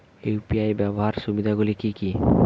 UPI ব্যাবহার সুবিধাগুলি কি কি?